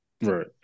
Right